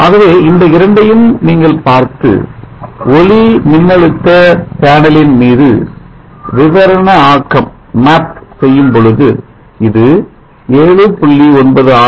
ஆகவே இந்த இரண்டையும் நீங்கள் பார்த்து ஒளிமின்னழுத்த பேனலின் மீது விவரண ஆக்கம் செய்யும் பொழுது இது 7